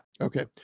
okay